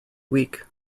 weak